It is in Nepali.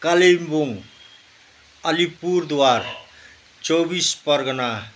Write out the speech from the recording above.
कालिम्पोङ आलिपुरद्वार चौबिस परगना